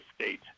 state